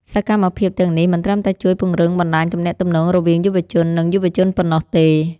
សកម្មភាពទាំងនេះមិនត្រឹមតែជួយពង្រឹងបណ្ដាញទំនាក់ទំនងរវាងយុវជន និងយុវជនប៉ុណ្ណោះទេ។